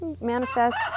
manifest